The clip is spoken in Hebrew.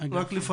אתה יכול לפרט?